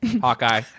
Hawkeye